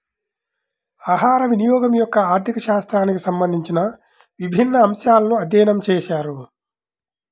ఆహారవినియోగం యొక్క ఆర్థిక శాస్త్రానికి సంబంధించిన విభిన్న అంశాలను అధ్యయనం చేశారు